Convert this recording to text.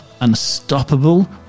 unstoppable